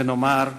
ונאמר אמן.